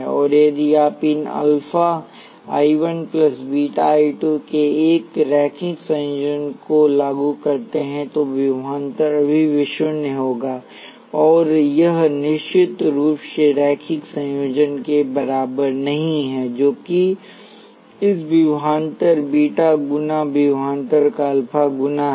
और यदि आप इन अल्फा I 1 बीटा बार I 2 के एक रैखिक संयोजन को लागू करते हैं तो विभवांतर अभी भी V शून्य होगा और यह निश्चित रूप से रैखिक संयोजन के बराबर नहीं है जो कि इस विभवांतर बीटा गुना विभवांतर का अल्फा गुना है